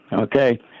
okay